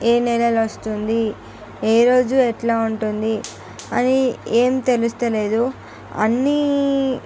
ఏ నెలలో వస్తుంది ఏ రోజు ఎట్ల ఉంటుంది అని ఏం తెలుస్తలేదు అన్నీ